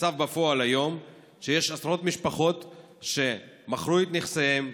המצב בפועל היום הוא שיש עשרות משפחות שמכרו את נכסיהן,